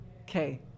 okay